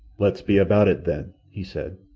let's be about it, then, he said.